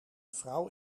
vrouw